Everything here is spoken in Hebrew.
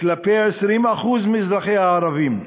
כלפי 20% מאזרחיה, הערבים,